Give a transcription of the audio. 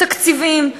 תקציבים.